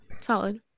solid